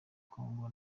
congo